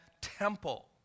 temple